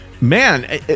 Man